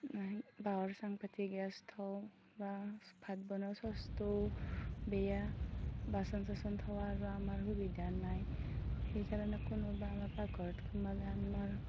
বাঁহৰ চাং পাতি গেছ থওঁ বা ভাত বনোৱা চচটোও বেয়া বাচন চাচন থোৱাৰো আমাৰ সুবিধা নাই সেইকাৰণে কোনোবা আমাৰ পাকঘৰত সোমালে আমাৰ